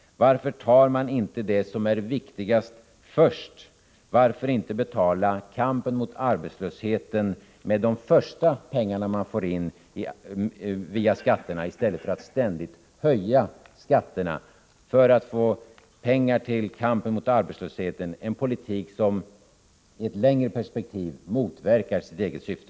Varför tar man inte det som är viktigast först? Varför inte betala kampen mot arbetslösheten med de pengar man först får in via skatterna i stället för att ständigt höja dem för att få in mera pengar för detta ändamål, en politik som i ett längre perspektiv motverkar sitt eget syfte.